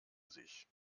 sich